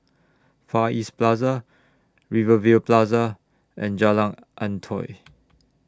Far East Plaza Rivervale Plaza and Jalan Antoi